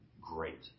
great